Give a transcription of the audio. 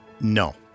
No